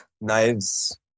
Knives